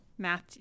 math